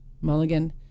mulligan